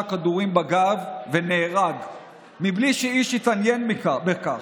כדורים בגב ונהרג בלי שאיש יתעניין בכך.